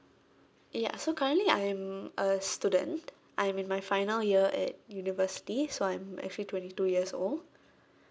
ya so currently I'm a student I'm in my final year at university so I'm actually twenty two years old